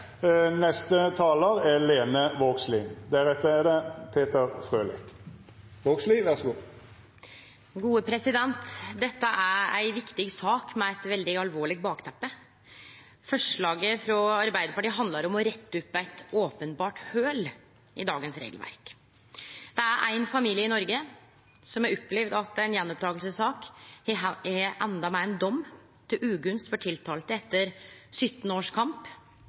Dette er ei viktig sak med eit veldig alvorleg bakteppe. Representantforslaget frå Arbeidarpartiet handlar om å rette opp eit openbert hol i dagens regelverk. Det er ein familie i Noreg som har opplevd at ei gjenopptakingssak har enda med ein dom til ugunst for tiltalte etter 17 års kamp,